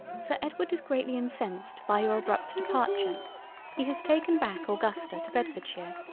sir edward is greatly incensed by your abrupt departure he has taken back augusta to bedfordshire.